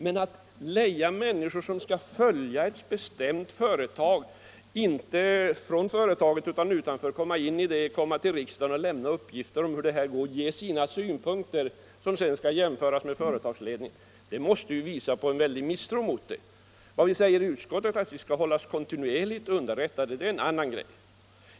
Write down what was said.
Men att leja människor, som skall följa ett bestämt företag utifrån och sedan komma till riksdagen och lämna uppgifter samt ge sina synpunkter, vilka sedan skall jämföras med företagsledningens, måste vittna om en väldig misstro mot företaget. Att utskottet säger att det skall hållas kontinuerligt underrättat är en annan sak.